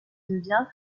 devient